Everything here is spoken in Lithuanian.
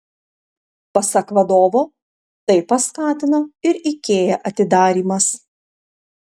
pasak vadovo tai paskatino ir ikea atidarymas